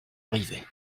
arrivés